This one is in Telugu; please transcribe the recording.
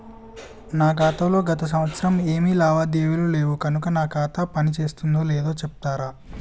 నా ఖాతా లో గత సంవత్సరం ఏమి లావాదేవీలు లేవు కనుక నా ఖాతా పని చేస్తుందో లేదో చెప్తరా?